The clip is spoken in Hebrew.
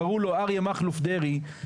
קראו לו אריה מכלוף דרעי,